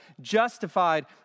justified